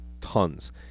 tons